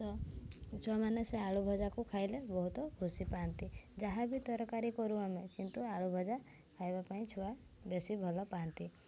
ତ ଛୁଆମାନେ ସେ ଆଳୁ ଭଜାକୁ ଖାଇଲେ ବହୁତ ଖୁସି ପାଆନ୍ତି ଯାହା ବି ତରକାରୀ କରୁ ଆମେ କିନ୍ତୁ ଆଳୁ ଭଜା ଖାଇବା ପାଇଁ ଛୁଆ ବେଶୀ ଭଲ ପାଆନ୍ତି